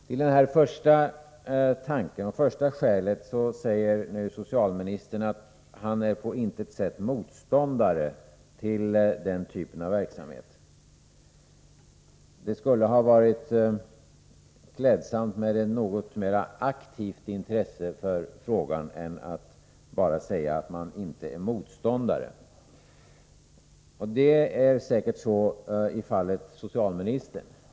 Angående den första punkten jag nämnde säger socialministern att han på intet sätt är motståndare till den typen av verksamhet. Det hade varit klädsamt med ett mera aktivt intresse för frågan än att bara säga att man inte är motståndare. I socialministerns fall stämmer säkert detta.